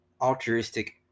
altruistic